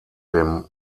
dem